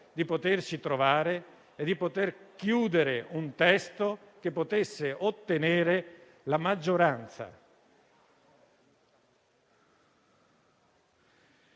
di poterci trovare e di poter chiudere un testo che potesse ottenere la maggioranza.